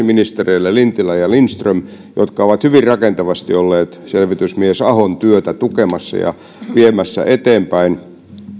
ministereille lintilä ja lindström jotka ovat hyvin rakentavasti olleet selvitysmies ahon työtä tukemassa ja viemässä eteenpäin